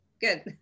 Good